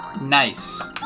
Nice